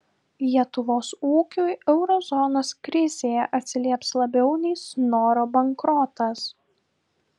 lietuvos ūkiui euro zonos krizė atsilieps labiau nei snoro bankrotas